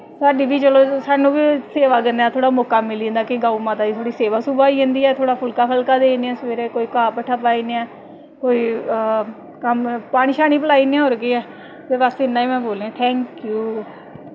साढ़ी बी चलो सानूं बी थोह्ड़ा सेवा करने दा मौका मिली जंदा कि गौऽ माता दी थोह्ड़ी सेवा सूवा होई जंदी ऐ फुलका फलका देई ओड़ने आं सबैह्रे सबैह्रे कोई घाऽ भट्ठा पाई ओड़ने आं ते कोई कम्म पानी शानी पलैई ओड़ने आं होर केह् ऐ एह्दे बास्तै इ'न्ना ई में बोलनी आं थैंक यू